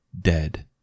Dead